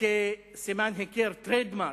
כסימן היכר trademark,